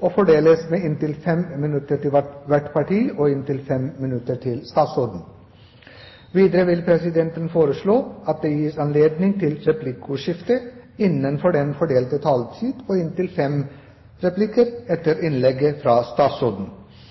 og fordeles med inntil 5 minutter til hvert parti og inntil 5 minutter til statsråden. Videre vil presidenten foreslå at det gis anledning til replikkordskifte på inntil fem replikker med svar etter innlegget fra statsråden innenfor den fordelte taletid.